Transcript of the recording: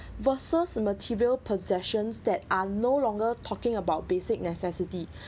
versus the material possessions that are no longer talking about basic necessity